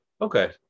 Okay